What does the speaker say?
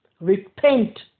repent